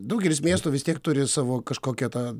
daugelis miestų vis tiek turi savo kažkokią tą